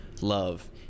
love